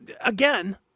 again